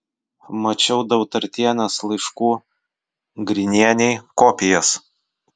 mačiau dautartienės laiškų grinienei kopijas